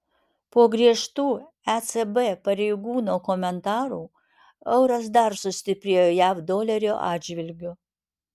po griežtų ecb pareigūno komentarų euras dar sustiprėjo jav dolerio atžvilgiu